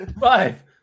five